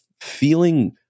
feeling